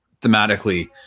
thematically